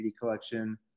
collection